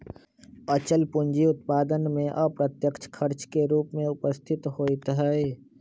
अचल पूंजी उत्पादन में अप्रत्यक्ष खर्च के रूप में उपस्थित होइत हइ